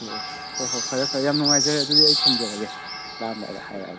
okay okay ꯍꯣꯏ ꯍꯣꯏ ꯐꯔꯦ ꯐꯔꯦ ꯌꯥꯝ ꯅꯨꯡꯉꯥꯏꯖꯔꯦ ꯑꯗꯨꯗꯤ ꯑꯩ ꯊꯝꯖꯔꯒꯦ ꯂꯥꯛꯑꯝꯗꯥꯏꯗ ꯍꯥꯏꯔꯛꯑꯒꯦ